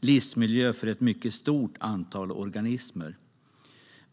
livsmiljö för ett mycket stort antal organismer.